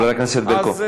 חברת הכנסת ברקו.